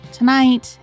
tonight